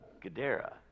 Gadara